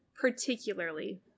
particularly